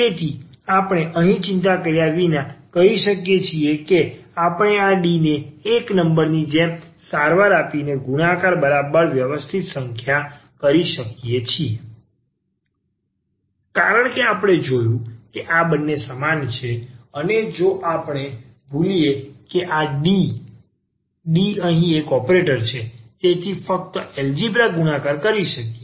તેથી આપણે અહીં ચિંતા કર્યા વિના કરી શકીએ છીએ આપણે આ D ને એક નંબરની જેમ સારવાર આપીને ગુણાકાર બરાબર વાસ્તવિક સંખ્યા કરી શકીએ છીએ કારણ કે આપણે જોયું છે કે આ બંને સમાન છે અને જો આપણે ભૂલીએ કે આ D D અહીં એક ઓપરેટર છે તેથી આપણે ફક્ત એલજીબ્રા ગુણાકાર કરી શકીએ